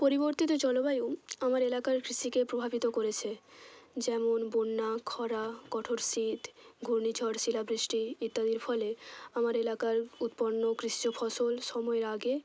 পরিবর্তিত জলবায়ু আমার এলাকার কৃষিকে প্রভাবিত করেছে যেমন বন্যা ক্ষরা কঠোর শীত ঘূর্ণিঝড় শিলাবৃষ্টি ইত্যাদির ফলে আমার এলাকার উৎপন্ন কৃষিজ ফসল সময়ের আগে